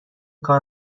کار